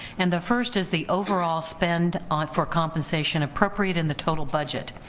and the first is the overall spend um for compensation appropriate in the total budget.